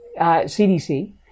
CDC